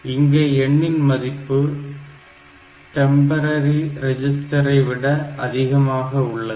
இங்கே எண்ணின் மதிப்பு டெம்பரரி ரெஜிஸ்டரை விட அதிகமானதாக உள்ளது